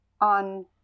on